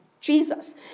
Jesus